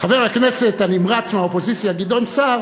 חבר הכנסת הנמרץ מהאופוזיציה גדעון סער,